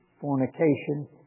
fornication